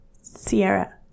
Sierra